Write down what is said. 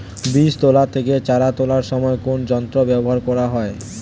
বীজ তোলা থেকে চারা তোলার সময় কোন যন্ত্র ব্যবহার করা হয়?